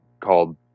called